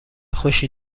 خوشی